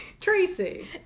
Tracy